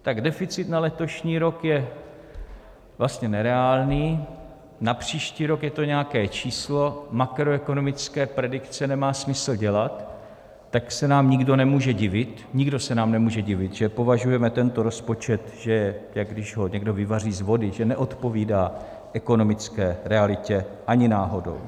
Tak deficit na letošní rok je vlastně nereálný, na příští rok je to nějaké číslo, makroekonomické predikce nemá smysl dělat, tak se nám nikdo nemůže divit, nikdo se nám nemůže divit, že považujeme tento rozpočet, že je, jako když ho někdo vyvaří z vody, že neodpovídá ekonomické realitě ani náhodou.